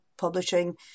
publishing